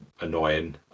annoying